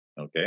Okay